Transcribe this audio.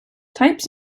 types